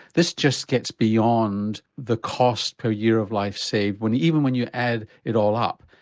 this just gets beyond the cost per year of life saved when even when you add it all up,